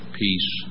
peace